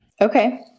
okay